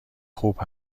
خوب